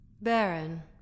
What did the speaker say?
Baron